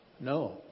No